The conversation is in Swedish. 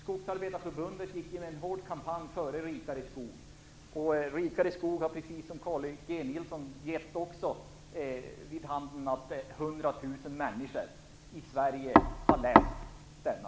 Skogsarbetarförbundet drev en hård kampanj för en rikare skog. 100 000 människor i Sverige har sett denna.